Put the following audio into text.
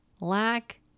lack